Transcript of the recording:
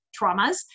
traumas